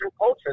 culture